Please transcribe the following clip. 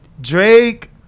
Drake